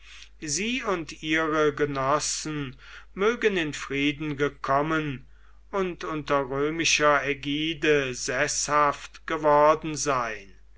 sie und ihre genossen mögen in frieden gekommen und unter römischer ägide seßhaft geworden sein